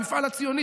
למפעל הציוני,